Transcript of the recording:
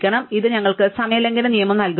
അതിനാൽ ഇത് ഞങ്ങൾക്ക് സമയ ലംഘന നിയമം നൽകുന്നു